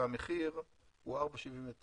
והמחיר הוא 4.79,